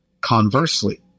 conversely